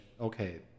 okay